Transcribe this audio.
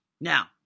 Now